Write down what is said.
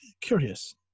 curious